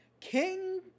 King